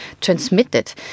transmitted